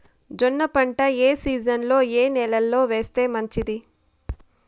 జొన్న పంట ఏ సీజన్లో, ఏ నెల లో వేస్తే మంచిది?